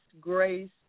grace